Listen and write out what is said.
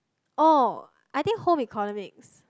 oh I think home economics